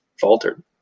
faltered